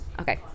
okay